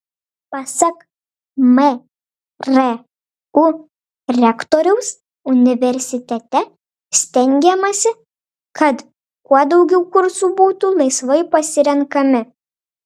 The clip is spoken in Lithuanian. pasak mru rektoriaus universitete stengiamasi kad kuo daugiau kursų būtų laisvai pasirenkami